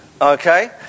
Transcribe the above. Okay